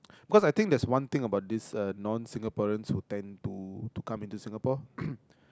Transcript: cause I think there's one thing about this uh non Singaporeans who tend to to come into Singapore